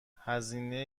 هزینه